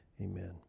Amen